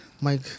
Mike